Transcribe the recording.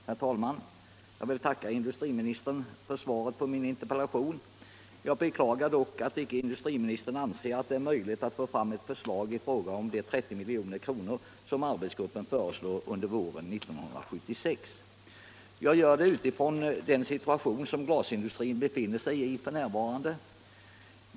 Herr talman! Jag ber att få tacka industriministern för svaret på min interpellation. Jag beklagar dock att icke industriministern anser att det är möjligt att få fram ett förslag i fråga om de 30 milj.kr. som arbetsgruppen föreslår för våren 1976. Jag gör det med tanke på den situation som glasindustrin befinner sig i f.n.